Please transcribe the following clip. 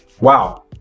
wow